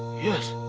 yes.